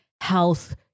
health